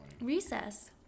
Recess